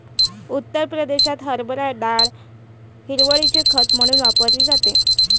उत्तर प्रदेशात हरभरा डाळ हिरवळीचे खत म्हणून वापरली जाते